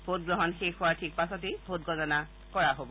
ভোটগ্ৰহণ শেষ হোৱাৰ ঠিক পাছতেই ভোটগণনা কৰা হব